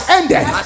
ended